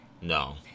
No